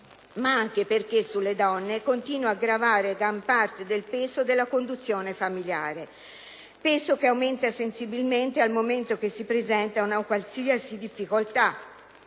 ma anche perché sulle donne continua a gravare gran parte del «peso» della conduzione familiare, peso che aumenta sensibilmente al momento che si presenta una qualsiasi difficoltà